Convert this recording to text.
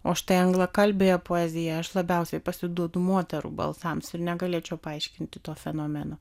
o štai anglakalbėje poezijoje aš labiausiai pasiduodu moterų balsams ir negalėčiau paaiškinti to fenomeno